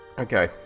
Okay